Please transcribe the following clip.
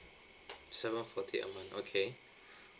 seven forty a month okay